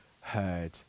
heard